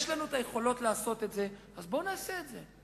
יש לנו היכולות לעשות את זה, אז בואו נעשה את זה.